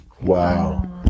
Wow